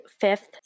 fifth